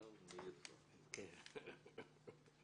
מה התוכניות המשמעותיות בעשור האחרון שהובילו לשינוי הזה?